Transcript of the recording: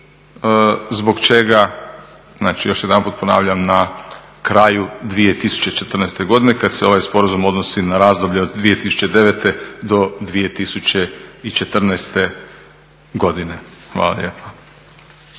zbog čega, znači još jedanput ponavljam na kraju 2014. godine kad se ovaj sporazum odnosi na razdoblje od 2009. do 2014. godine. Hvala